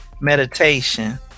Meditation